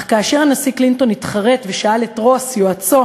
אך כאשר הנשיא קלינטון התחרט ושאל את רוס יועצו